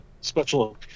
special